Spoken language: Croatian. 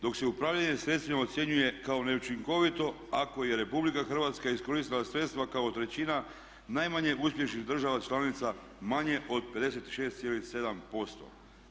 Dok se upravljanje sredstvima ocjenjuje kao neučinkovito ako je RH iskoristila sredstva kao trećina najmanje uspješnih država članica manje od 56,7%